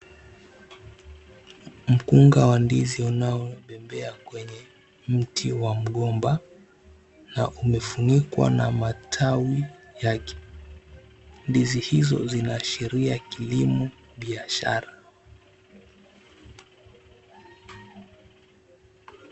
Mkunga wa ndizi unaobembea kwenye mti wa mgomba na umefunikwa na matawi yake. Ndizi hizo zinaashiria kilimo biashara